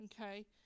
okay